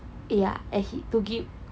yeah and he need to give